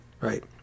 right